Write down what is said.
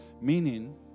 Meaning